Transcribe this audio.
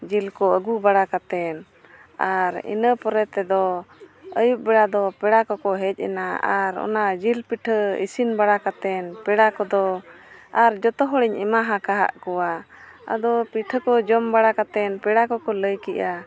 ᱡᱤᱞᱠᱚ ᱟᱹᱜᱩ ᱵᱟᱲᱟ ᱠᱟᱛᱮᱫ ᱟᱨ ᱤᱱᱟᱹ ᱯᱚᱨᱮ ᱛᱮᱫᱚ ᱟᱹᱭᱩᱵ ᱵᱮᱲᱟ ᱫᱚ ᱯᱮᱲᱟ ᱠᱚᱠᱚ ᱦᱮᱡᱮᱱᱟ ᱟᱨ ᱚᱱᱟ ᱡᱤᱞ ᱯᱤᱴᱷᱟᱹ ᱤᱥᱤᱱ ᱵᱟᱲᱟ ᱠᱟᱛᱮᱫ ᱯᱮᱲᱟ ᱠᱚᱫᱚ ᱟᱨ ᱡᱚᱛᱚ ᱦᱚᱲᱤᱧ ᱮᱢᱟ ᱟᱠᱟᱫ ᱠᱚᱣᱟ ᱟᱫᱚ ᱯᱤᱴᱷᱟᱹ ᱠᱚ ᱡᱚᱢ ᱵᱟᱲᱟ ᱠᱟᱛᱮᱫ ᱯᱮᱲᱟ ᱠᱚᱠᱚ ᱞᱟᱹᱭ ᱠᱮᱫᱼᱟ